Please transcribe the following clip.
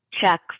check